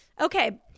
okay